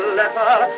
letter